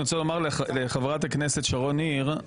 אני רוצה לומר לחברת הכנסת שרון ניר,